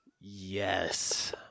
Yes